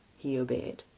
he obeyed.